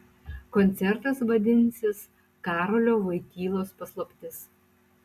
koncertas vadinsis karolio voitylos paslaptis